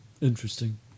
Interesting